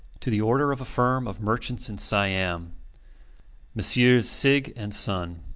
to the order of a firm of merchants in siam messrs. sigg and son.